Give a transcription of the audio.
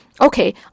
okay